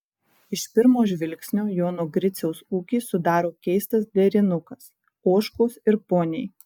iš pirmo žvilgsnio jono griciaus ūkį sudaro keistas derinukas ožkos ir poniai